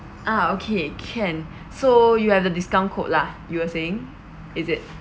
ah okay can so you have a discount code lah you were saying is it